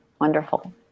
wonderful